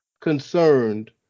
concerned